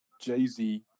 Jay-Z